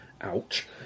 ouch